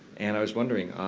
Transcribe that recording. and i was wondering,